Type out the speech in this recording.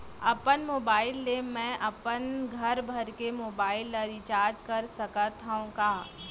अपन मोबाइल ले मैं अपन घरभर के मोबाइल ला रिचार्ज कर सकत हव का?